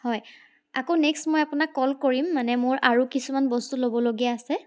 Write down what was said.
হয় আকৌ নেক্সট মই আপোনাক কল কৰিম মানে মোৰ আৰু কিছুমান বস্তু ল'বলগীয়া আছে